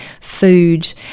food